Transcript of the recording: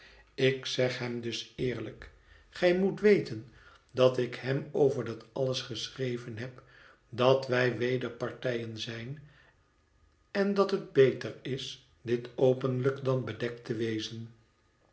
ik zeg hem dus eerlijk gij moet weten dat ik hem over dat alles geschreven heb dat wij wederpartijen zijn en dat het beter is dit openlijk dan bedekt te wezen